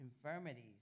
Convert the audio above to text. infirmities